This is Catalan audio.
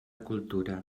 cultura